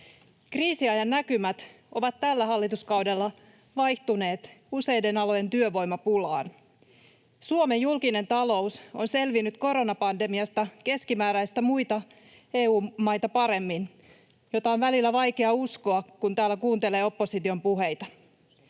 Kriisiajan näkymät ovat tällä hallituskaudella vaihtuneet useiden alojen työvoimapulaan. Suomen julkinen talous on selvinnyt koronapandemiasta keskimäärin muita EU-maita paremmin, mitä on välillä vaikea uskoa, kun täällä kuuntelee opposition puheita.